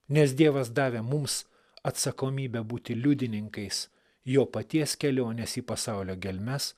nes dievas davė mums atsakomybę būti liudininkais jo paties kelionės į pasaulio gelmes